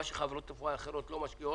מה שחברות תעופה אחרות לא משקיעות,